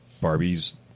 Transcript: Barbie's